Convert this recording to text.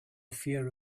fear